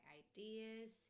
ideas